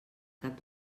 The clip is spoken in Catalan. cap